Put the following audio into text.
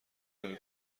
نمی